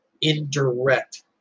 indirect